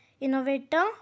innovator